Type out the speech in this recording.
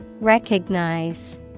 Recognize